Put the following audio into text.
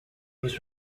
was